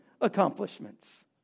accomplishments